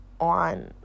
on